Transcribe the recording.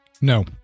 No